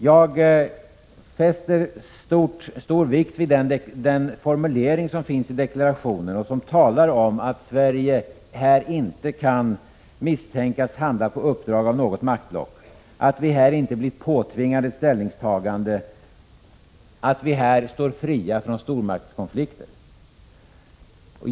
Jag fäster stor vikt vid den formulering som finns i deklarationen och där det talas om att Sverige i fråga om detta inte kan misstänkas handla på uppdrag av något maktblock, att Sverige inte blir påtvingat ett ställningstagande och att Sverige här står fritt från stormaktskonflikter.